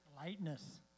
Lightness